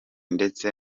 ndetse